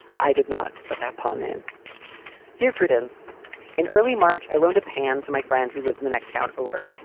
i did not put that pun in dear prudence in early march. i loaned a pan to my friend who lives in the next town over.